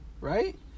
right